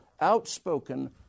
outspoken